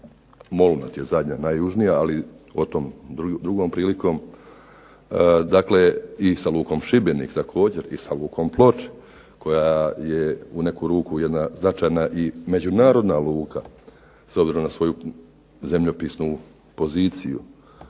... je zadnja najjužnija, ali o tome drugom prilikom. Dakle i sa Lukom Šibenik također i sa Lukom Ploče koja je u neku ruku značajna i međunarodna luka s obzirom na svoju zemljopisnu poziciju.